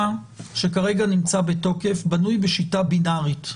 שכרגע נמצא בתוקף בנוי בשיטה בינארית.